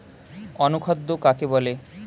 অনুখাদ্য কাকে বলে?